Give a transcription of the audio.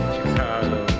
Chicago